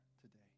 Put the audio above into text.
today